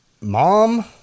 Mom